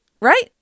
right